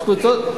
יש קבוצות,